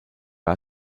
war